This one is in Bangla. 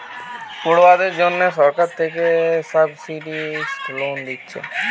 পড়ুয়াদের জন্যে সরকার থিকে সাবসিডাইস্ড লোন দিচ্ছে